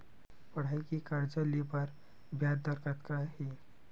पढ़ई के कर्जा ले बर ब्याज दर कतका हे?